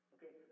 Okay